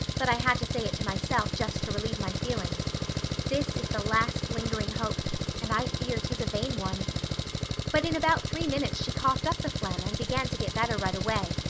but i had to say it to myself just to relieve my feelings this is the last lingering hope and i fear, tis a vain one but in about three minutes she coughed up the phlegm and began to get better right away.